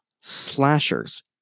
slashers